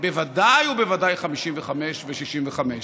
בוודאי ובוודאי 55 ו-65.